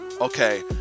okay